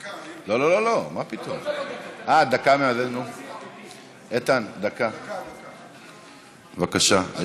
איתן, דקה, בבקשה.